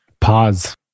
Pause